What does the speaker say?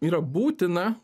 yra būtina